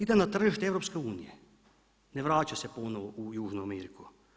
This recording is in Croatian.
Ide na tržište EU-a, ne vraća se ponovno u Južnu Ameriku.